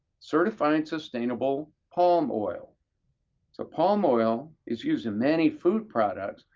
certified sustainable palm oil. so palm oil is used in many food products.